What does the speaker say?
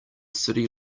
city